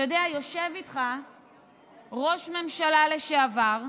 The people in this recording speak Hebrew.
אתה יודע, יושב איתך ראש ממשלה לשעבר,